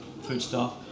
foodstuff